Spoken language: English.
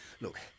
Look